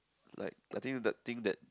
like I think that thing that